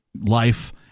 life